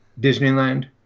Disneyland